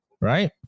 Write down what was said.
right